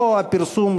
או שהפרסום,